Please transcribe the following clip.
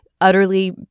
Utterly